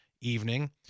evening